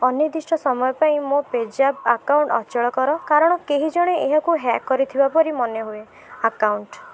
ଅନିର୍ଦ୍ଦିଷ୍ଟ ସମୟ ପାଇଁ ମୋ ପେଜାପ୍ ଆକାଉଣ୍ଟ୍ ଅଚଳ କର କାରଣ କେହିଜଣେ ଏହାକୁ ହ୍ୟାକ୍ କରିଥିବା ପରି ମନେହୁଏ ଆକାଉଣ୍ଟ୍